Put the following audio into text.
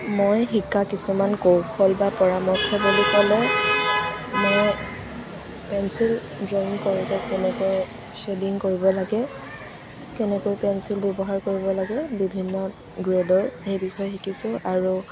মই শিকা কিছুমান কৌশল বা পৰামৰ্শ বুলি ক'লে মই পেঞ্চিল ড্ৰৱিং কৰিব কেনেকৈ শেডিং কৰিব লাগে কেনেকৈ পেঞ্চিল ব্যৱহাৰ কৰিব লাগে বিভিন্ন গ্ৰেডৰ সেই বিষয়ৰে শিকিছোঁ আৰু